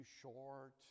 short